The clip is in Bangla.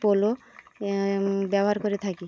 পোলো ব্যবহার করে থাকি